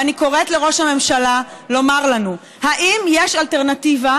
אני קוראת לראש הממשלה לומר לנו: האם יש אלטרנטיבה